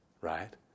right